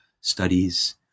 studies